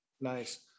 Nice